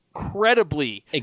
incredibly